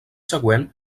següent